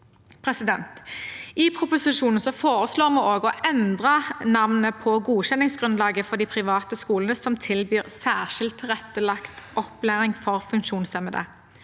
I proposisjonen foreslår vi også å endre navnet på godkjenningsgrunnlaget for de private skolene som tilbyr særskilt tilrettelagt opplæring for funksjonshemmede,